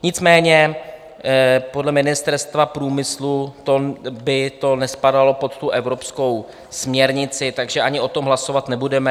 Nicméně podle Ministerstva průmyslu by to nespadalo pod evropskou směrnici, takže ani o tom hlasovat nebudeme.